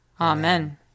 Amen